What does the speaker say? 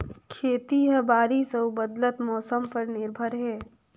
खेती ह बारिश अऊ बदलत मौसम पर निर्भर हे